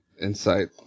insight